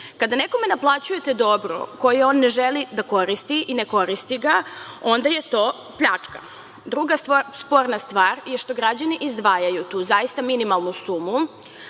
Kada nekome naplaćujete dobro koje on ne želi da koristi i ne koristi ga, onda je to pljačka. Druga sporna stvar je što građani izdvajaju tu zaista minimalnu sumu,